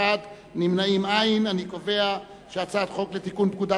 ההצעה להעביר את הצעת חוק לתיקון פקודת